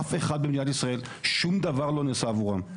אף אחד במדינת ישראל, שום דבר לא נעשה עבורם.